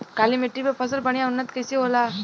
काली मिट्टी पर फसल बढ़िया उन्नत कैसे होला?